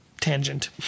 tangent